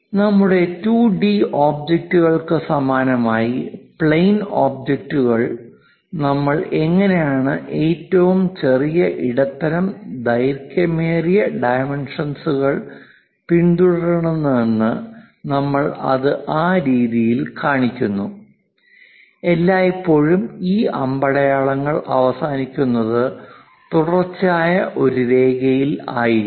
നമ്മുടെ 2 ഡി ഒബ്ജക്റ്റുകൾക്ക് സമാനമായി പ്ലെയിൻ ഒബ്ജക്റ്റുകൾ നമ്മൾ എങ്ങനെയാണ് ഏറ്റവും ചെറിയ ഇടത്തരം ദൈർഘ്യമേറിയ ഡൈമെൻഷൻസ്കൾ പിന്തുടർന്നതെന്ന് നമ്മൾ അത് ആ രീതിയിൽ കാണിക്കുന്നു എല്ലായ്പ്പോഴും ഈ അമ്പടയാളങ്ങൾ അവസാനിക്കുന്നത് തുടർച്ചയായ ഒരു രേഖയിൽ ആയിരിക്കും